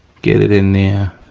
get it in there.